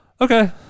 Okay